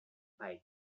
pipe